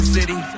City